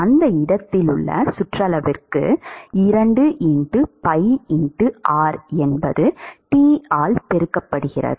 அந்த இடத்திலுள்ள சுற்றளவுக்கு 2 pi r என்பது t ஆல் பெருக்கப்படுகிறது